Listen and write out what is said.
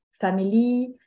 family